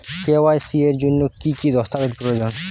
KYC এর জন্যে কি কি দস্তাবেজ প্রয়োজন?